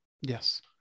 Yes